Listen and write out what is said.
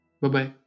Bye-bye